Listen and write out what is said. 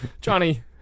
Johnny